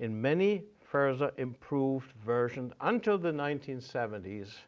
in many further-improved version until the nineteen seventy s,